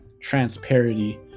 transparency